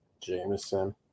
Jameson